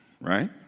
right